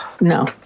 No